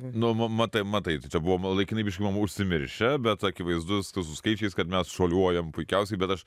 nu matai matai tai čia buvom laikinai biškį buvom užsimiršę bet akivaizdu su skaičiais kad mes šuoliuojame puikiausiai bet aš